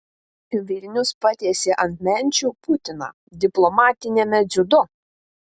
vilnius patiesė ant menčių putiną diplomatiniame dziudo